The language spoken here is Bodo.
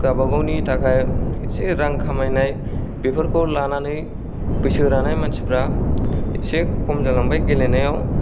गाबागावनि थाखाय एसे रां खामायनाय बेफोरखौ लानानै बैसो रानाय मानसिफ्रा एसे खम जालांबाय गेलेनायाव